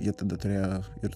jie tada turėjo ir